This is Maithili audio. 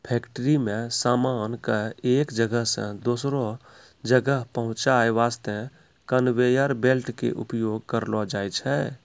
फैक्ट्री मॅ सामान कॅ एक जगह सॅ दोसरो जगह पहुंचाय वास्तॅ कनवेयर बेल्ट के उपयोग करलो जाय छै